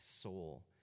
soul